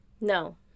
No